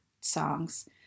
songs